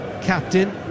captain